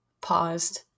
paused